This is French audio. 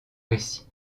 récit